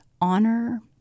honor